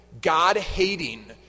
God-hating